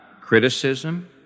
criticism